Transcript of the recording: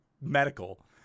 medical